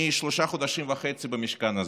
אני שלושה חודשים וחצי במשכן הזה.